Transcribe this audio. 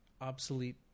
obsolete